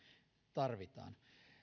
tarvitaan